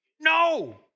No